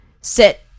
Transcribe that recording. sit